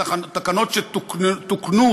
תקנות שתוקנו,